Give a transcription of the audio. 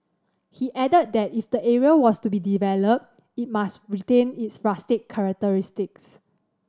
he added that if the area was to be developed it must retain its rustic characteristics